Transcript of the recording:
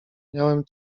miałem